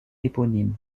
éponyme